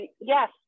Yes